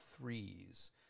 threes